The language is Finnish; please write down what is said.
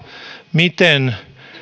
miten